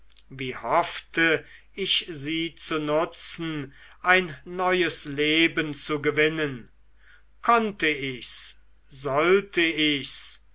wie hoffte ich sie zu nutzen ein neues leben zu gewinnen konnte ich's sollte ich's